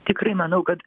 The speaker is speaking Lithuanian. tikrai manau kad